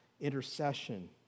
intercession